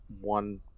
one